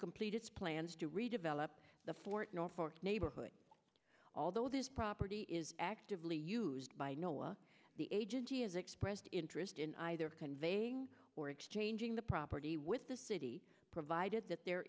complete its plans to redevelop the fort north fork neighborhood although this property is actively used by nola the agency has expressed interest in either conveying or exchanging the property with the city provided that there